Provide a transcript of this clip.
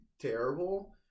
terrible